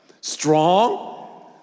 strong